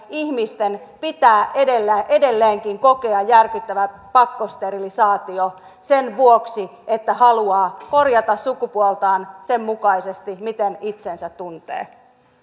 ihmisten pitää edelleenkin kokea järkyttävä pakkosterilisaatio sen vuoksi että haluaa korjata sukupuoltaan sen mukaisesti miten itsensä tuntee